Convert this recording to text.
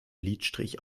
lidstrich